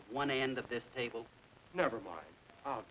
the one end of this table never mind oh